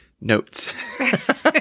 notes